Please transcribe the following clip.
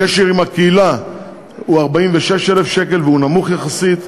הקשר עם הקהילה הוא 46,000 שקל, והוא נמוך יחסית.